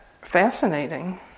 fascinating